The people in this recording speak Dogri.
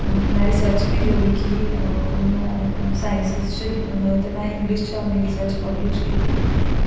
में रिसर्च बी जो लिखी ओह् में साइंस च ते में इंग्लिश च अपनी रिसर्च पब्लिश कीती